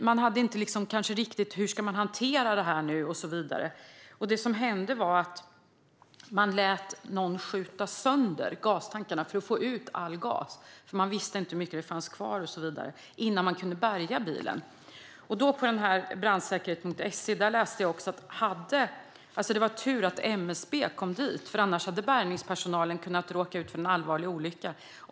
Man hade inte riktigt klart för sig hur man skulle hantera detta, men det som hände var att innan man kunde bärga sopbilen lät man någon skjuta sönder gastankarna för att få ut all gas eftersom man inte visste hur mycket det fanns kvar. På brandsäkert.se läste jag också att det var tur att MSB kom dit, för annars hade bärgningspersonalen kunna råka ut för en allvarlig olycka.